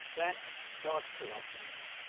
that's not so obvious.